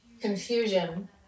confusion